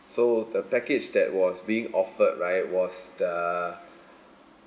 so the package that was being offered right was the